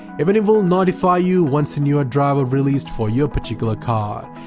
even it will notify you once a newer driver released for your particular card.